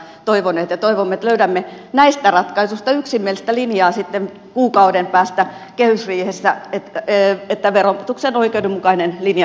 toivomme että löydämme näistä ratkaisuista yksimielistä linjaa sitten kuukauden päästä kehysriihessä että verotuksen oikeudenmukainen linja jatkuisi